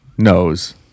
Knows